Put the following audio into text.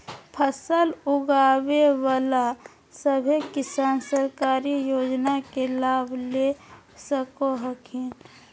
फसल उगाबे बला सभै किसान सरकारी योजना के लाभ ले सको हखिन